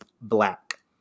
black